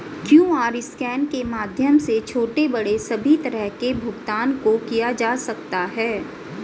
QR scan के माध्यम से छोटे बड़े सभी तरह के भुगतान को किया जा सकता है